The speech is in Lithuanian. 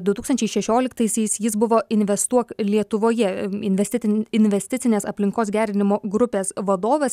du tūkstančiai šešioliktaisiais jis buvo investuok lietuvoje investitin investicinės aplinkos gerinimo grupės vadovas